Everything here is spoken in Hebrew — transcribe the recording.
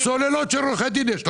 סוללות של עורכי דין יש לכם.